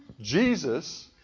Jesus